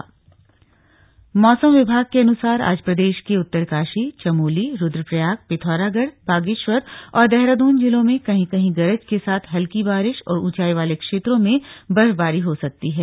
मौसम मौसम विभाग के अनुसार आज प्रदेश के उत्तरकाशी चमोली रूद्रप्रयाग पिथौरागढ़ बागेश्वर और देहरादून जिलों में कहीं कहीं गरज के साथ हल्की बारिश और ऊचाई वाले क्षेत्रों में बर्फवारी हो सकती है